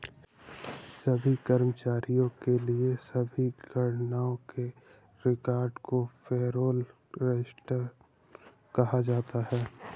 सभी कर्मचारियों के लिए सभी गणनाओं के रिकॉर्ड को पेरोल रजिस्टर कहा जाता है